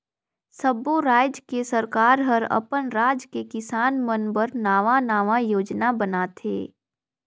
सब्बो रायज के सरकार हर अपन राज के किसान मन बर नांवा नांवा योजना बनाथे